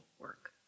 work